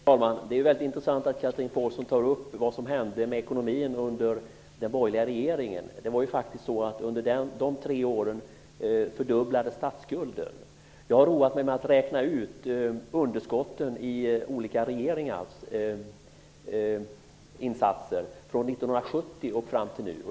Herr talman! Det är mycket intressant att Chatrine Pålsson tar upp vad som hände med ekonomin under den borgerliga regeringen. Under dessa tre år fördubblades statsskulden. Jag har roat mig med att räkna ut underskotten under olika regeringar från 1970 och fram till nu.